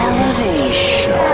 Elevation